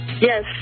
Yes